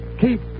Keep